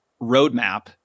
roadmap